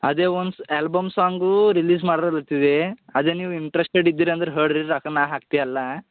ಅದೆ once album ಸಾಂಗೂ release ಮಾಡ್ರಲತಿದೇ ಅದೇ ನೀವು ಇಂಟ್ರಸ್ಟೆಡ್ ಇದ್ದೀರಂದ್ರ ಹಳ್ರಿ ರೊಕ್ಕ ನಾ ಹಾಕ್ತಿ ಎಲ್ಲಾ